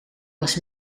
was